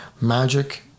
magic